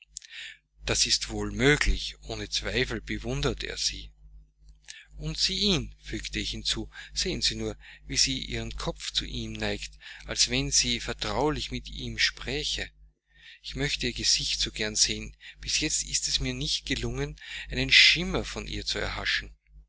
das ist wohl möglich ohne zweifel bewundert er sie und sie ihn fügte ich hinzu sehen sie nur wie sie ihren kopf zu ihm neigt als wenn sie vertraulich mit ihm spräche ich möchte ihr gesicht so gern sehen bis jetzt ist es mir nicht gelungen einen schimmer von ihr zu erhaschen